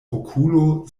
okulo